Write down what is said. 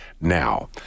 now